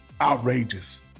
outrageous